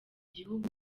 igihugu